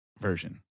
version